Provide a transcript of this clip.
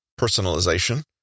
personalization